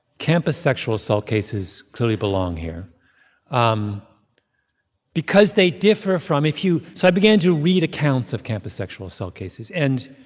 campus sexual assault cases clearly belong here um because they differ from if you so i began to read accounts of campus sexual assault cases. and